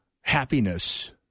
happiness